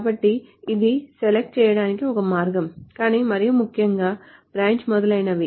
కాబట్టి ఇది సెలెక్ట్ చేయడానికి ఒక మార్గం కానీ మరియు ముఖ్యంగా బ్రాంచ్ మొదలైనవి మొదలైనవి